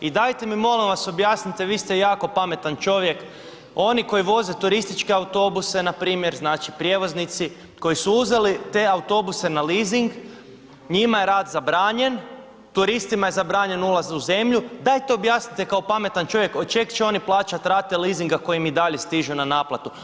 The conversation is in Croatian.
I dajte mi molim vas objasnite, vi ste jako pametan čovjek, oni koji voze turističke autobuse npr. znači prijevoznici, koji su uzeli te autobuse na lizing njima je rad zabranjen, turistima je zabranjen ulaz u zemlju, dajte objasnite kao pametan čovjek od čega će oni plaćati rate lizinga koje im i dalje stižu na naplatu?